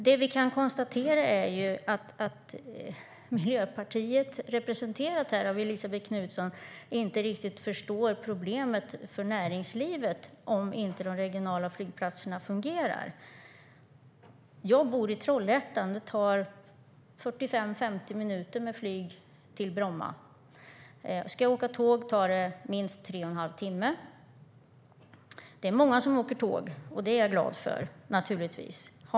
Det vi kan konstatera är att Miljöpartiet, representerat här av Elisabet Knutsson, inte riktigt förstår problemet för näringslivet om de regionala flygplatserna inte fungerar. Jag bor i Trollhättan. Det tar 45-50 minuter med flyg till Bromma. Om jag ska åka tåg tar det minst tre och en halv timme. Det är många som åker tåg, och det är jag naturligtvis glad för.